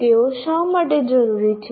તેઓ શા માટે જરૂરી છે